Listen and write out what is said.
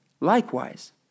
Likewise